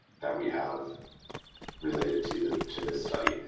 that we have related to to this study.